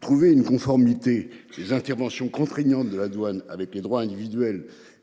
Trouver une conformité les interventions contraignante de la douane avec les droits individuels